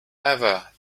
ever